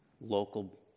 local